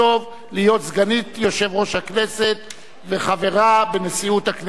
להיות סגנית יושב-ראש הכנסת וחברה בנשיאות הכנסת.